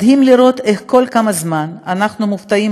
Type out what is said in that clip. מדהים לראות איך כל כמה זמן אנחנו מופתעים